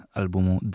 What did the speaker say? albumu